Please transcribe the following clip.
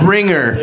Ringer